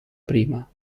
prima